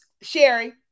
Sherry